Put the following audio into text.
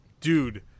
dude